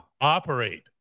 operate